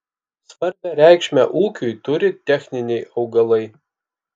svarbią reikšmę ūkiui turi techniniai augalai